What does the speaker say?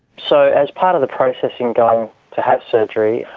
so as part of the processing going to have surgery,